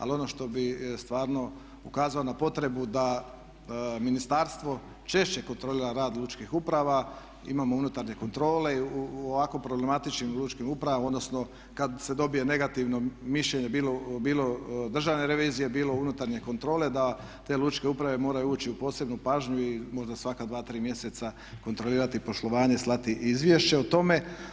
Ali ono što bih stvarno ukazao na potrebu da ministarstvo češće kontrolira rad lučkih uprava, imamo unutarnje kontrole i u ovako problematičnim lučkim upravama odnosno kada se dobije negativno mišljenje, bilo državne revizije, bilo unutarnje kontrole da te lučke uprave moraju ući u posebnu pažnju i možda svaka dva, tri mjeseca kontrolirati poslovanje, slati izvješće o tome.